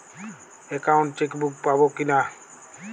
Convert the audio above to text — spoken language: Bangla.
একাউন্ট চেকবুক পাবো কি না?